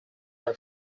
are